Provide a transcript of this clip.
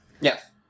Yes